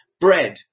bread